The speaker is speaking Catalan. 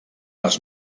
les